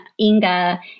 Inga